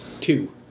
two